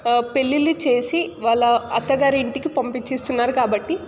పెళ్ళిళ్ళు చేసి వాళ్ళ అత్తగారింటికి పంపించేస్తున్నారు కాబట్టి